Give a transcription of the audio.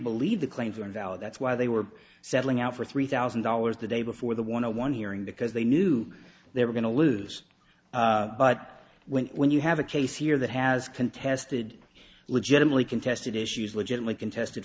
invalid that's why they were settling out for three thousand dollars the day before the want to one hearing because they knew they were going to lose but when when you have a case here that has contested legitimately contested issues legitimately contested